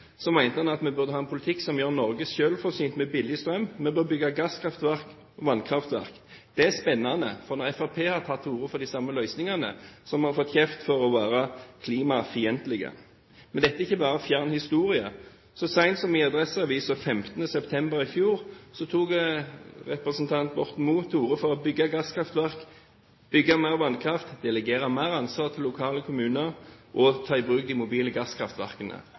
han at vi burde ha en politikk som gjør Norge selvforsynt med billig strøm. Vi bør bygge gasskraftverk og vannkraftverk. Det er spennende, for når Fremskrittspartiet har tatt til orde for de samme løsningene, har vi fått kjeft for å være klimafiendtlige. Men dette er ikke bare fjern historie. Så sent som i Adresseavisen 15. september i fjor tok representanten Borten Moe til orde for å bygge gasskraftverk, bygge ut mer vannkraft, delegere mer ansvar til lokale kommuner og ta i bruk de mobile gasskraftverkene.